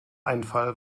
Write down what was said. einfall